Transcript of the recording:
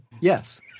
Yes